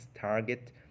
target